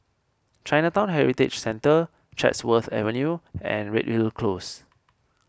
Chinatown Heritage Centre Chatsworth Avenue and Redhill Close